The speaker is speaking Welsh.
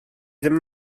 ddim